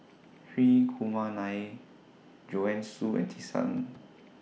Hri Kumar Nair Joanne Soo and Tisa Ng